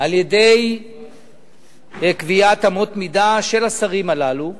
על-ידי קביעת אמות מידה של השרים הללו,